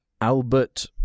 Albert